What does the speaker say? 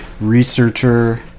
researcher